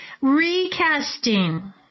recasting